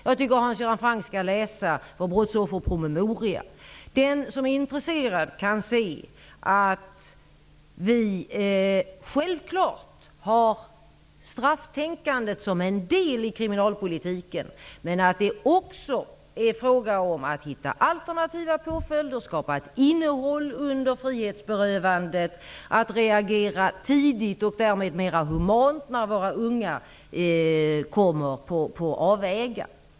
Jag tycker att Hans Göran Franck skall läsa vår brottsofferpromemoria. Den som är intresserad kan se att vi självklart har strafftänkandet som en del i kriminalpolitiken, men att det också är fråga om att hitta alternativa påföljder, skapa ett innehåll under frihetsberövandet och att reagera tidigt och därmed mera humant när våra ungar kommer på avvägar.